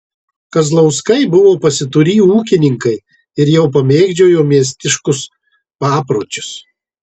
kazlauskai buvo pasiturį ūkininkai ir jau pamėgdžiojo miestiškus papročius